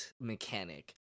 mechanic